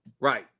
Right